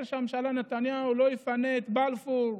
שראש הממשלה נתניהו לא יפנה את בלפור,